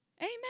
amen